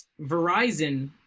Verizon